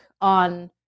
on